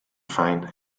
find